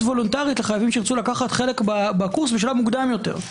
וולונטרית לחייבים שירצו לקחת חלק בקורס בשלב מוקדם יותר.